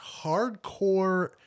hardcore